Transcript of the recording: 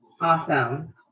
Awesome